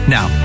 Now